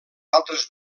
altres